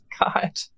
God